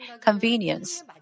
convenience